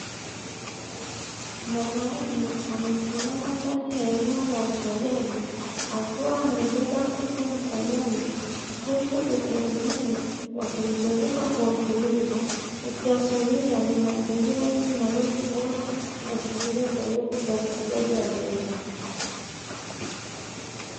Mwanaume amesimama ndani ya eneo la ufugaji akiwa amebeba kuku mkononi huku kuku wengine wakimzunguka kwa utulivu, ikiashiria ni mazingira yenye malezi bora na shughuli endelevu za ufugaji wa ndege.